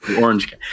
Orange